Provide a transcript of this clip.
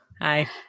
Hi